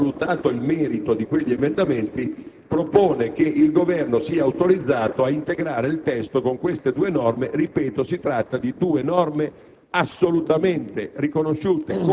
valutato il suo lavoro e il merito di quegli emendamenti, propone che il Governo sia autorizzato a integrare il testo con queste due norme che - ripeto - sono